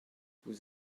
vous